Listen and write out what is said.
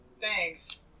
Thanks